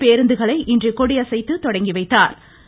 பேருந்துகளை இன்று கொடியசைத்து தொடங்கி வைத்தாா்